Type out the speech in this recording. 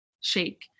shake